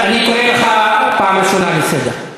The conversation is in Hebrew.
אני קורא אותך פעם ראשונה לסדר.